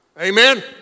Amen